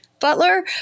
butler